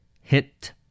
Hit